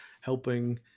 helping